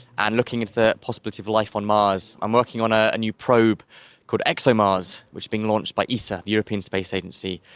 and looking at the possibility of life on mars. i'm working on ah a new probe called exomars which is being launched by esa, the european space agency,